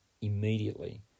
immediately